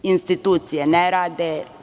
Institucije ne rade.